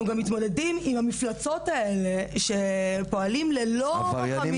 אנחנו גם מתמודדים עם המפלצות האלה שפועלים ללא רחמים.